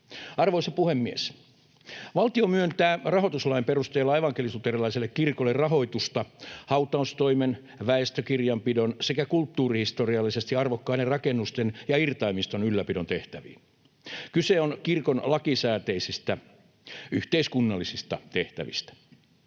Arvoisa puhemies! Valtio myöntää rahoituslain perusteella evankelis-luterilaiselle kirkolle rahoitusta hautaustoimen, väestökirjanpidon sekä kulttuurihistoriallisesti arvokkaiden rakennusten ja irtaimiston ylläpidon tehtäviin. Kyse on kirkon lakisääteisistä yhteiskunnallisista tehtävistä.